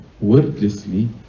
wordlessly